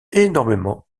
énormément